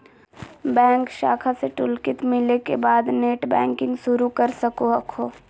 bank शाखा से toolkit मिले के बाद नेटबैंकिंग शुरू कर सको हखो